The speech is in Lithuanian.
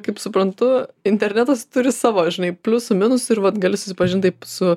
kaip suprantu internetas turi savo žinai pliusų minusų ir vat gali susipažint tai su